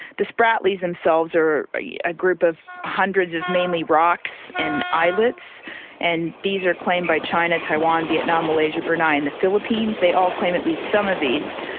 the spratlys themselves are but yeah a group of hundreds of mainly rocks and islets and these are claimed by china, taiwan, vietnam, malaysia, brunei and the philippines. they all claim at least some of these.